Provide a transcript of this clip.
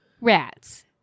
rats